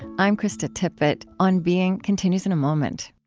i'm krista tippett. on being continues in a moment